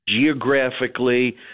geographically